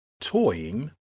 toying